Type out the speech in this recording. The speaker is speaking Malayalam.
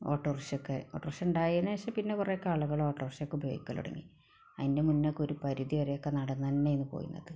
ഓട്ടോറിക്ഷയ്ക്കൊക്കെ ഓട്ടോറിക്ഷ ഉണ്ടായതിന് ശേഷം പിന്നെ കുറെയൊക്കെ ആളുകള് ഓട്ടോറിക്ഷയ്ക്ക് ഉപയോഗിക്കല് തുടങ്ങി അതിൻ്റെ മുന്നെ ഒക്കെ ഒരു പരിധി വരെ ഒക്കെ നടന്ന് തന്നെയാണ് പോയിരുന്നത്